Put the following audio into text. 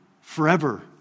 forever